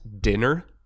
dinner